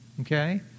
Okay